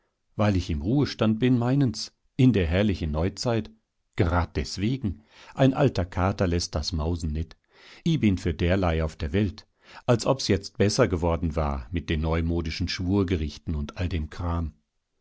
weil ich im ruhestand bin meinen's in der herrlichen neuzeit gerad deswegen ein alter kater läßt das mausen net i bin für derlei auf der welt als ob's jetzt besser geworden war mit den neumodischen schwurgerichten und all dem kram